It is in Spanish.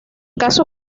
caso